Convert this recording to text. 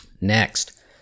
Next